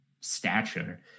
stature